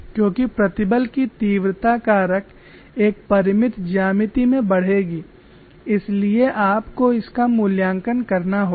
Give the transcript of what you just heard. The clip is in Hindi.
क्योंकि प्रतिबल की तीव्रता कारक एक परिमित ज्यामिति में बढ़ेगी इसलिए आपको इसका मूल्यांकन करना होगा